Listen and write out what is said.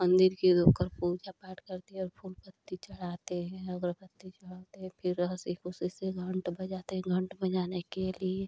मंदिर के धोकर पूजा पाठ करती है और फूल पत्ती चढ़ाते हैं अगरबत्ती चढ़ाते हैं फिर हँसी खुशी से घंट बजाते हैं घंट बजाने के लिए